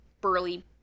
burly